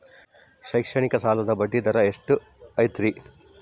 ಶೈಕ್ಷಣಿಕ ಸಾಲದ ಬಡ್ಡಿ ದರ ಎಷ್ಟು ಐತ್ರಿ?